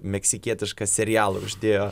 meksikietišką serialą uždėjo